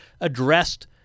addressed